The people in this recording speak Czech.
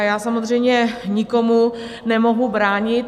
A samozřejmě nikomu nemohu bránit.